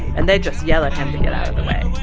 and they just yell at him to get out of the way